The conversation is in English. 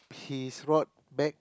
his rod back